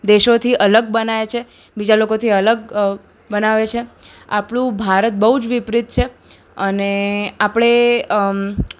દેશોથી અલગ બનાવે છે બીજા લોકોથી અલગ બનાવે છે આપણું ભારત બહુ જ વિપરીત છે અને આપણે